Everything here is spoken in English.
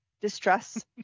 Distress